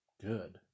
Good